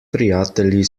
prijatelji